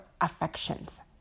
affections